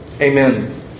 Amen